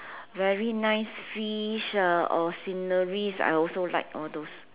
very nice fish ah or sceneries I also like all those